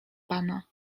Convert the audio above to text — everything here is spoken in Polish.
pana